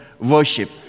worship